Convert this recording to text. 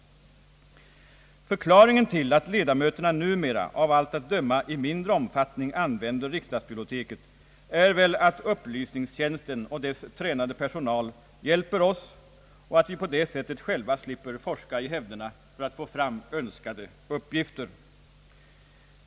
Förklaringen till att ledamöterna numera av allt att döma i mindre omfattning använder riksdagsbiblioteket är väl att upplysningstjänsten och dess tränade personal hjälper oss och att vi på det sättet själva slipper forska i hävderna för att få fram önskade uppgifter.